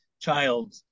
child